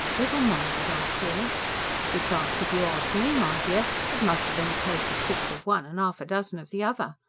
littleminded i call it besides, if you ask me, my dear, it must have been a case of six of one and half a dozen of the other.